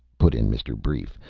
put in mr. brief,